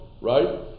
right